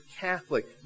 Catholic